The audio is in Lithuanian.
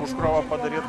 užkrovą padaryt